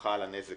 הוכחת הנזק